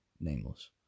nameless